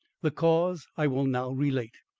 the cause i will now relate.